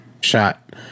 shot